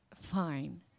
fine